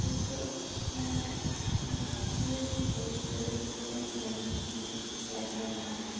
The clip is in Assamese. সেয়েহে মই বিশেষভাৱে লোকগীতৰ বিষয়ে ইমানখিনি জ্ঞাতৰ নহয়